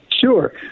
Sure